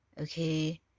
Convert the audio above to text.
okay